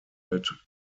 wild